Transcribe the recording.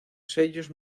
sellos